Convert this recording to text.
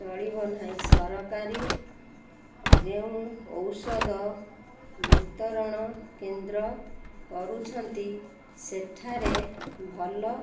ଚଳିବ ନାହିଁ ସରକାରୀ ଯେଉଁ ଔଷଧ ବିତରଣ କେନ୍ଦ୍ର କରୁଛନ୍ତି ସେଠାରେ ଭଲ